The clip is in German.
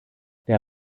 der